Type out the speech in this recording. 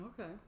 Okay